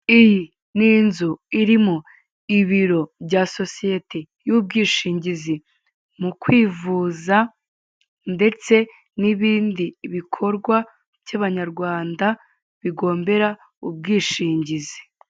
Iyi ni inzu irimo ibiro bya sosiyete y'ubwishingizi mu kwivuza, ndetse n'ibindi bikorwa by'Abanyarwanda bigombera ubwishingizi.